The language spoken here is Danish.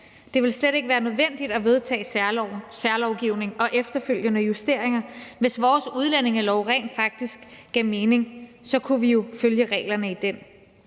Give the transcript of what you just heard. Det ville slet ikke være nødvendigt at vedtage særlovgivning og efterfølgende justeringer, hvis vores udlændingelov rent faktisk gav mening. Så kunne vi jo følge reglerne i den.